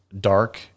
dark